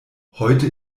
heute